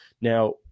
now